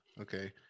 Okay